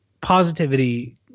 positivity